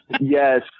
Yes